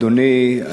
אדוני,